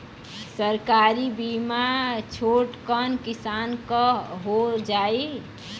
सरकारी बीमा छोटकन किसान क हो जाई?